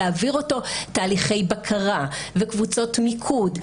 להעביר אותו תהליכי בקרה וקבוצות מיקוד,